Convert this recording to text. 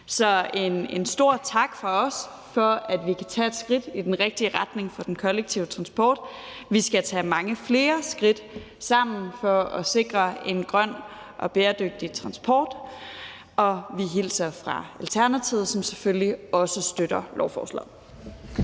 Så en stor tak fra os for, at vi kan tage et skridt i den rigtige retning for den kollektive transport. Vi skal tage mange flere skridt sammen for at sikre en grøn og bæredygtig transport. Vi hilser fra Alternativet, som selvfølgelig også støtter lovforslaget.